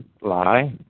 lie